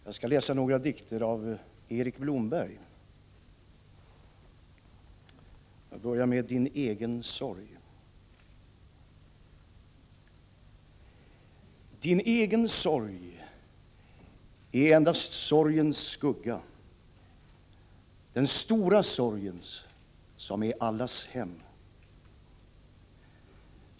10 mars 1986 Jag skall läsa några dikter av Erik Blomberg. Minnesstund med anledning av statsminister DIN EGEN SORG Olof Palmes frånfälle Din egen sorg är endast sorgens skugga, den stora sorgens, som är allas hem.